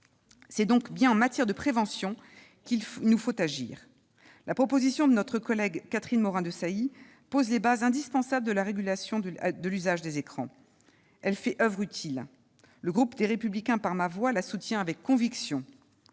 C'est donc bien en matière de prévention qu'il nous faut agir. La proposition de loi de notre collègue Catherine Morin-Desailly pose les bases indispensables à la régulation de l'usage des écrans. Elle fait oeuvre utile. Le groupe Les Républicains, par ma voix, la soutient donc avec conviction.